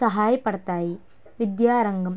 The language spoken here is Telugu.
సహాయపడతాయి విద్యారంగం